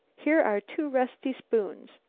here are two rusty spoons!